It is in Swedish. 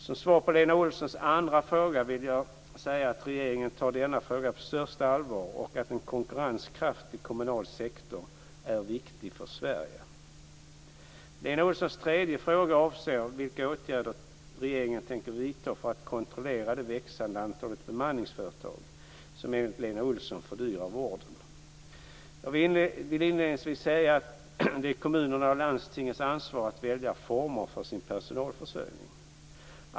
Som svar på Lena Olssons andra fråga vill jag säga att regeringen tar denna fråga på största allvar, och att en konkurrenskraftig kommunalsektor är viktig för Jag vill inledningsvis säga att det är kommunernas och landstingens ansvar att välja former för sin personalförsörjning.